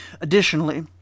Additionally